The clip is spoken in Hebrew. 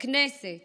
בכנסת